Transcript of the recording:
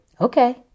Okay